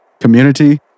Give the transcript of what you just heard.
Community